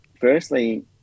firstly